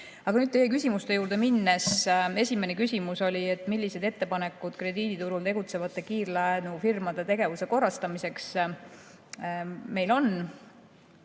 Aga nüüd teie küsimuste juurde. Esimene küsimus oli, millised ettepanekud krediiditurul tegutsevate kiirlaenufirmade tegevuse korrastamiseks meil on.